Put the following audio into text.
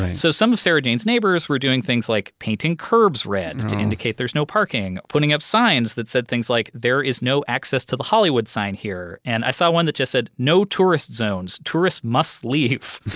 so some of sarahjane's neighbors were doing things like painting curbs red to indicate there's no parking, putting up signs that said things like there is no access to the hollywood sign here. and i saw one that just said, no tourists zones, tourist must leave,